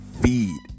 feed